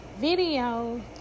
video